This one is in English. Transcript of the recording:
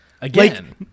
again